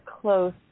close